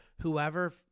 whoever